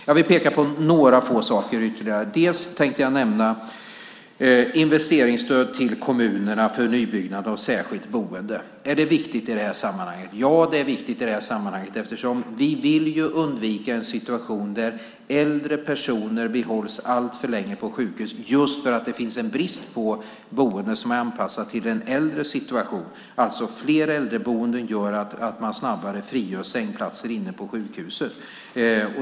Jag vill peka på ytterligare ett par saker. Till att börja med tänkte jag nämna investeringsstödet till kommunerna för nybyggnad av särskilt boende. Är det viktigt i detta sammanhang? Ja, det är viktigt i detta sammanhang, eftersom vi vill undvika en situation där äldre personer behålls alltför länge på sjukhus för att det råder brist på boenden som är anpassade till de äldres situation. Fler äldreboenden gör alltså att man snabbare frigör sängplatser på sjukhusen.